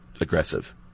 aggressive